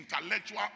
intellectual